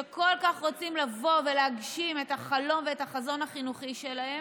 שכל כך רוצים לבוא ולהגשים את החלום ואת החזון החינוכי שלהם.